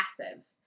passive